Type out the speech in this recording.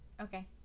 Okay